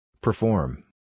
Perform